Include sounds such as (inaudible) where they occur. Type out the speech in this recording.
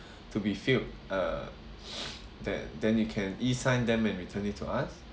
to be filled uh (breath) then then you can sign e sign them and return it to us